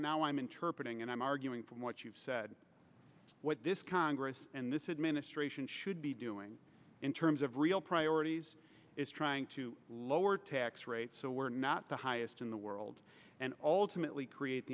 now i'm interpreting and i'm arguing from what you've said what this congress and this administration should be doing in terms of real priorities is trying to lower tax rates so we're not the highest in the world and ultimately create